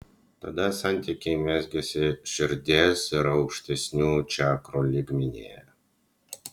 tada santykiai mezgasi širdies ir aukštesnių čakrų lygmenyje